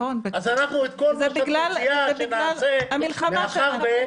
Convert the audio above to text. זה בגלל המלחמה.